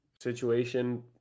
situation